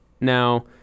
Now